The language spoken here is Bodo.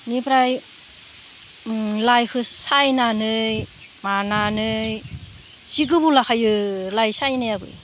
बेनिफ्राय लाइखौ सायनानै मानानै इसे गोबाव लाखायो लाइ सायनायाबो